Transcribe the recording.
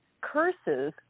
curses